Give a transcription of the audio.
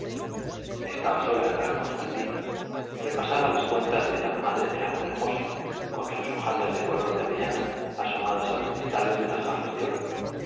estaba sola el gran constantino repasaba las cuentas de la madre del amor hermoso con sus ojazos de color de avellana asomados a los cristales de unas gafas de oro